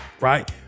Right